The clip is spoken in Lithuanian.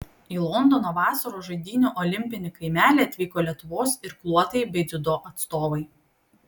į londono vasaros žaidynių olimpinį kaimelį atvyko lietuvos irkluotojai bei dziudo atstovai